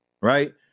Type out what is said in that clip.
Right